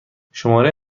شماره